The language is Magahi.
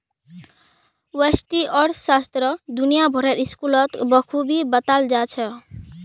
व्यष्टि अर्थशास्त्र दुनिया भरेर स्कूलत बखूबी बताल जा छह